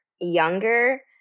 younger